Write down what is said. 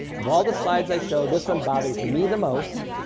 of all the slides i show, this one bothers me the most,